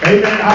Amen